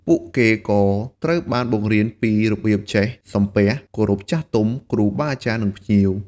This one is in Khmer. ពួកគេក៏ត្រូវបានបង្រៀនពីរបៀបចេះ សំពះ គោរពចាស់ទុំ គ្រូបាអាចារ្យ និងភ្ញៀវ។